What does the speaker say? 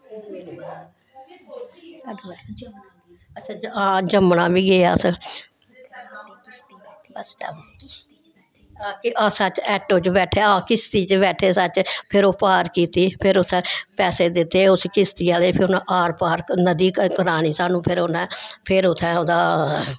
हां जम्मना बी गे अस सच्च ऐटो च बैठे हां किस्ती च बैठे सच्च फिर ओह् पार कीती फिर उत्थै पैसे दित्ते उसी किस्ती आह्ले गी फिर उन्नै आर पार नदी करानी सानू फिर उन्नै फिर उत्थैं ओह्दा